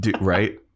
Right